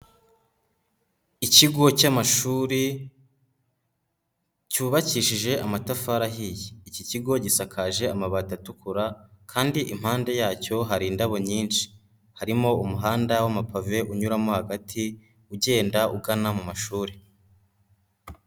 Ikigo cy'amashuri cyubakishije amatafari ahiye, iki kigo gisakaje amabati atukura kandi impande yacyo hari indabo nyinshi, harimo umuhanda w'amapavuye unyuramo hagati ugenda ugana mu mashuri.